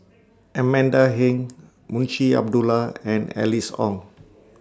Amanda Heng Munshi Abdullah and Alice Ong